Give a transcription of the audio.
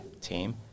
team